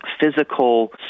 physical